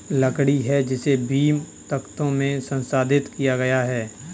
लकड़ी है जिसे बीम, तख्तों में संसाधित किया गया है